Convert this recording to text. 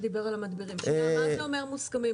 מה זה אומר מוסכמים?